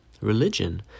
religion